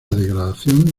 degradación